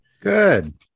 Good